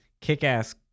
kick-ass